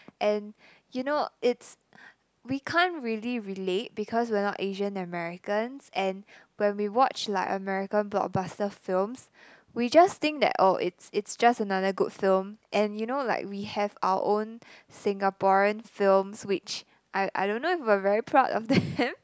and you know it's we can't really relate because we're not Asian Americans and when we watch like American blockbuster films we just think that oh it's it's just another good film and you know like we have our own Singaporean films which I I don't know if we're very proud of them